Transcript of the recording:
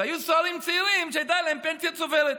והיו סוהרים צעירים, שהייתה להם פנסיה צוברת.